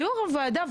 ליו"ר הוועדה,